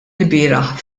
ilbieraħ